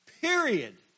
period